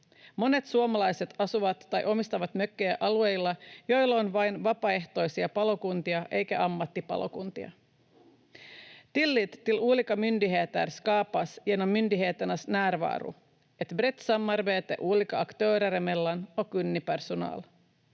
Monet suomalaiset asuvat tai omistavat mökkejä alueilla, joilla on vain vapaaehtoisia palokuntia eikä ammattipalokuntia. Tillit till olika myndigheter skapas genom myndigheternas närvaro, ett brett samarbete olika aktörer emellan och kunnig personal.